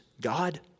God